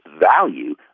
value